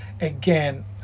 Again